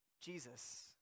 Jesus